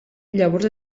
llavors